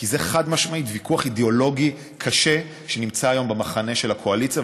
כי זה חד-משמעית ויכוח אידיאולוגי קשה שנמצא היום במחנה של הקואליציה,